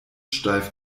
steif